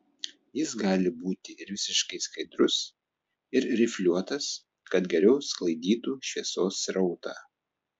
jis gali būti ir visiškai skaidrus ir rifliuotas kad geriau sklaidytų šviesos srautą